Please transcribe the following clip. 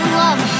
love